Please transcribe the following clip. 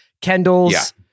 Kendall's